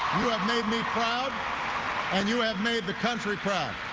you have made me proud and you have made the country proud.